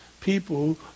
people